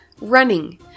running